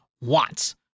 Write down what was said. wants